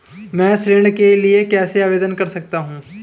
मैं ऋण के लिए कैसे आवेदन कर सकता हूं?